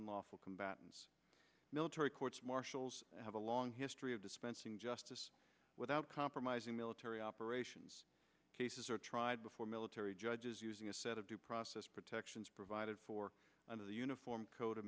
unlawful combatants military courts martials have a long history of dispensing justice without compromising military operations cases are tried before military judges using a set of due process protections provided for under the uniform code